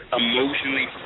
emotionally